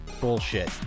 Bullshit